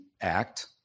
act